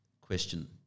question